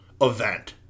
event